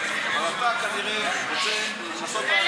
אבל אתה כנראה רוצה לנסות לקדם